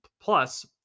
plus